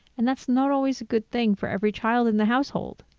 and that's not always a good thing for every child in the household.